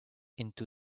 into